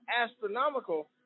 astronomical